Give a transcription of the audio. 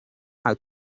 how